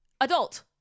adult